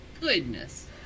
Goodness